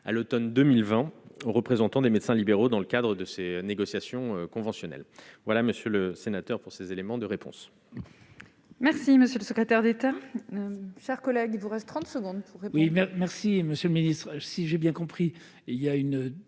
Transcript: à l'Automne 2020 représentants des médecins libéraux dans le cadre de ces négociations conventionnelles voilà monsieur le sénateur pour ces éléments de réponse. Merci monsieur le secrétaire d'État, chers collègues vous reste 30 secondes. Oui, mais merci, monsieur le ministre, si j'ai bien compris, il y a une